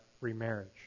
remarriage